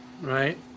right